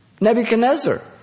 Nebuchadnezzar